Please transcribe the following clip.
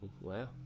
Wow